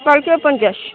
কালকেও পঞ্চাশ